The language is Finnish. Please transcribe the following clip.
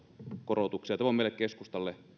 korotuksia tämä on meille keskustassa